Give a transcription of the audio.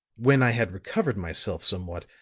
when i had recovered myself somewhat,